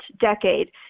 decade